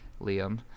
Liam